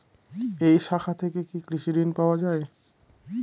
এই শাখা থেকে কি কৃষি ঋণ পাওয়া যায়?